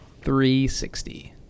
360